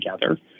together